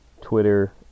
Twitter